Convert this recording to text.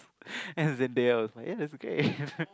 and then Zendaya was like ya that's okay